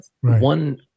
One